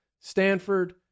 Stanford